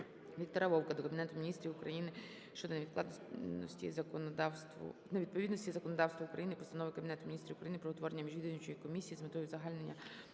Віктора Вовка до Кабінету Міністрів України щодо невідповідності законодавству України постанови Кабінету Міністрів України про утворення Міжвідомчої комісії з метою узагальнення